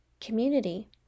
community